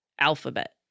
Alphabet